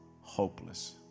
hopeless